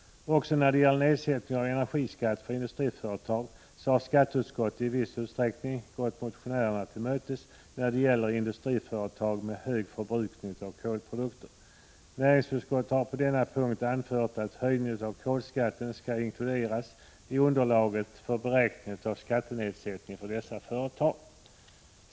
Också när det gäller nedsättning av energiskatten för industriföretag har skatteutskottet i viss utsträckning gått motionärerna till mötes när det gäller industriföretag med hög förbrukning av kolprodukter. Näringsutskottet har på denna punkt anfört att höjningen av kolskatten skall inkluderas i underlaget för beräkning av skattenedsättning för dessa företag.